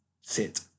sit